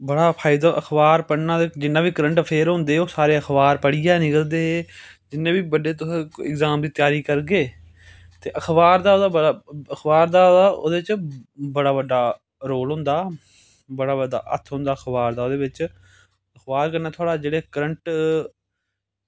बड़ा फायदा अखबार पढ़ने दा जिन्ना बी करंट अफेयर होंदे ओह् सारे अखबार पढ़ियै निकलदे जिन्ने बी बड्डे तुस अग्जाम दी त्यारी करगे ते अखबार ते बड़ा अखबार दा ते ओह्दे बिच बड़ा बड्डा रोल होंदा बड़ा बड्डा हत्थ होंदा अखबार दा ओह्दे बिच अखबार कन्नै थोह्ड़े जेह्ड़े करंट